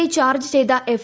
charge ചെയ്ത F